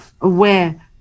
aware